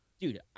dude